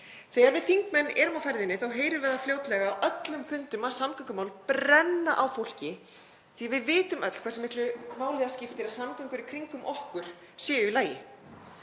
Þegar við þingmenn erum á ferðinni heyrum við fljótlega á öllum fundum að samgöngumál brenna á fólki því að við vitum öll hversu miklu máli það skiptir að samgöngur í kringum okkur séu í lagi.